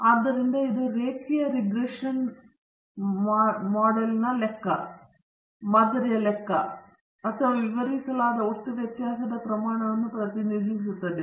ಆದ್ದರಿಂದ ಇದು ರೇಖೀಯ ರಿಗ್ರೆಷನ್ ಮಾದರಿಯ ಲೆಕ್ಕ ಅಥವಾ ವಿವರಿಸಲಾದ ಒಟ್ಟು ವ್ಯತ್ಯಾಸದ ಪ್ರಮಾಣವನ್ನು ಪ್ರತಿನಿಧಿಸುತ್ತದೆ